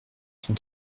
son